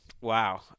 Wow